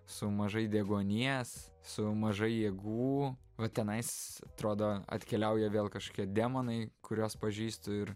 su mažai deguonies su mažai jėgų va tenais atrodo atkeliauja vėl kažkokie demonai kuriuos pažįstu ir